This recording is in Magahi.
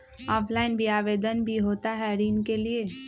ऑफलाइन भी आवेदन भी होता है ऋण के लिए?